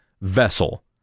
vessel